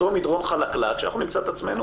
אותו מדרון חלקלק שאנחנו נמצא את עצמנו